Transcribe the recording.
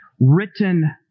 written